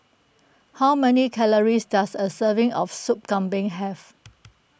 how many calories does a serving of Soup Kambing have